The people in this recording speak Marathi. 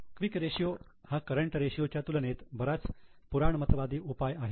क्विक रेशियो हा करंट रेशियो च्या तुलनेत बराच पुराणमतवादी उपाय आहे